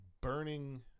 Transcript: burning